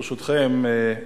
ברשותכם,